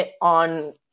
on